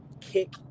kick